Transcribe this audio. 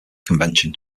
convention